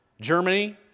Germany